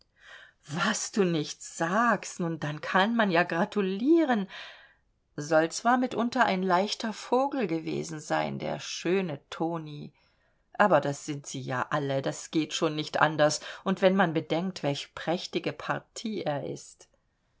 was du nicht sagst nun dann kann man ja gratulieren soll zwar mitunter ein leichter vogel gewesen sein der schöne toni aber das sind sie ja alle das geht schon nicht anders und wenn man bedenkt welche prächtige partie er ist